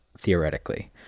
theoretically